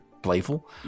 playful